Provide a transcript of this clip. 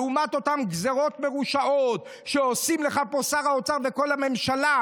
לעומת אותן גזרות מרושעות שעושים לך פה שר האוצר וכל הממשלה.